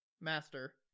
Master